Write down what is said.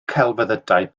celfyddydau